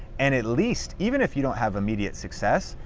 and at least, even if you don't have immediate success,